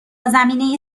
زمینه